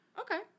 Okay